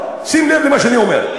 שים לב למה שאני אומר.